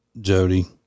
Jody